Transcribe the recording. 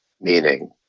meaning